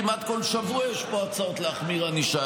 כמעט בכל שבוע יש פה הצעות להחמיר ענישה.